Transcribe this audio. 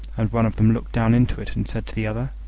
and one of them looked down into it, and said to the other,